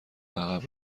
عقب